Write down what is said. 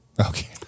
Okay